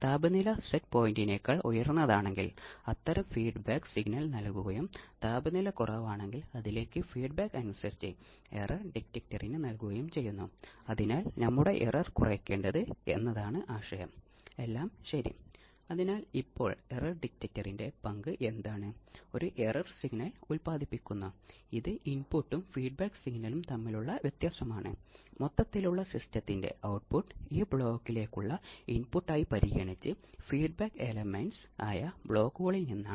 operating ആവൃത്തിയെ അടിസ്ഥാനമാക്കി ഓസിലേറ്ററുകളെ ലോ ഫ്രീക്വൻസി ഓസിലേറ്റർ അഥവാ frequency oscillator LF A F high frequency ഓസിലേറ്ററുകൾ ആർഎഫ് ഓസിലേറ്ററുകൾ എന്നിങ്ങനെ തരം തിരിക്കാം